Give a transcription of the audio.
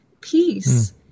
peace